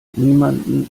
niemanden